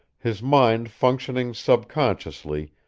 his mind functioning subconsciously,